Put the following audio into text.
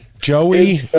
Joey